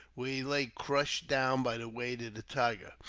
where he lay crushed down by the weight of the tiger,